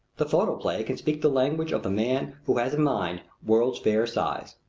the photoplay can speak the language of the man who has a mind world's fair size.